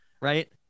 right